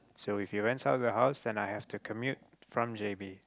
so if he rents out the house then I'll have to commute from j_b